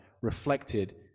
reflected